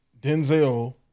Denzel